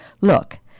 look